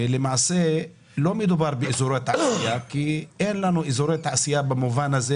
לא מדובר באזורי תעשייה, מדובר באזורי תעסוקה.